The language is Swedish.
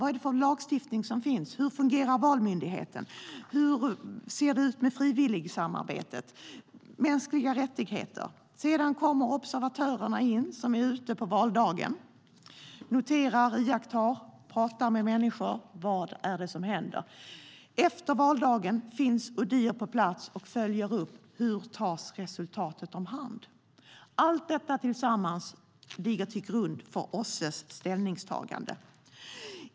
Vad är det för lagstiftning som finns? Hur fungerar valmyndigheten? Hur ser det ut med frivilligsamarbetet och mänskliga rättigheter? Sedan kommer observatörerna in som är ute på valdagen. De noterar, iakttar och pratar med människor. Vad är det som händer? Efter valdagen finns Odihr på plats och följer upp. Hur tas resultatet om hand? Allt detta tillsammans ligger till grund för OSSE:s ställningstagande.